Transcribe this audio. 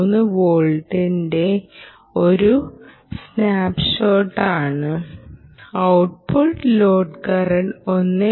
3 വോൾട്ടിന്റെ ഒരു സ്നാപ്പ്ഷോട്ടാണ് ഔട്ട്പുട്ട് ലോഡ് കറന്റ് 1